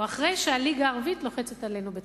או אחרי שהליגה הערבית לוחצת עלינו בתוכנית.